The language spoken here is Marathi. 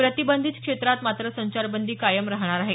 प्रतिबंधित क्षेत्रात मात्र संचारबंदी कायम राहणार आहे